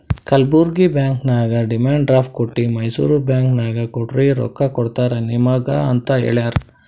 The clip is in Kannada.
ಕಲ್ಬುರ್ಗಿ ಬ್ಯಾಂಕ್ ನಾಗ್ ಡಿಮಂಡ್ ಡ್ರಾಫ್ಟ್ ಕೊಟ್ಟಿ ಮೈಸೂರ್ ಬ್ಯಾಂಕ್ ನಾಗ್ ಕೊಡ್ರಿ ರೊಕ್ಕಾ ಕೊಡ್ತಾರ ನಿಮುಗ ಅಂತ್ ಹೇಳ್ಯಾರ್